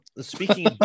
speaking